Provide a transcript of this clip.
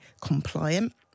compliant